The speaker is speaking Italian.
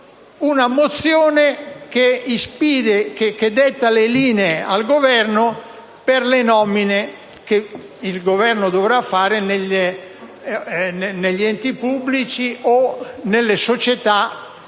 una mozione che detta le linee al Governo per le nomine che questo dovrà fare negli enti pubblici o nelle società